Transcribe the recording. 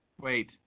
Wait